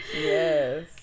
yes